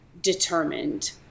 determined